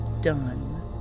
done